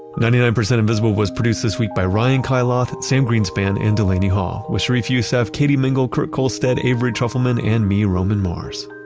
ninety nine percent invisible was produced this week by ryan kailath, sam greenspan and delaney hall. with sharif youssef, katie mingle, kurt kohlstedt, avery truffelman, and me, roman mars.